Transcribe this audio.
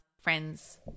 friends